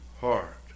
heart